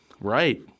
Right